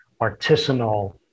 artisanal